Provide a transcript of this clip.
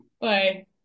Bye